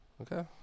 Okay